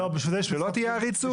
שלא תהיה עריצות.